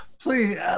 Please